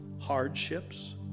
hardships